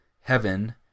heaven